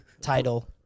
Title